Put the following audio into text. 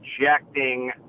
rejecting